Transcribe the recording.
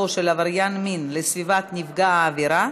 של עבריין מין לסביבת נפגע העבירה